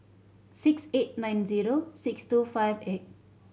six eight nine zero six two five eight